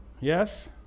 Yes